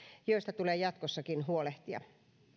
joista tulee jatkossakin huolehtia